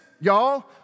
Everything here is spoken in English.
y'all